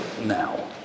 now